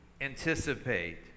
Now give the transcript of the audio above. anticipate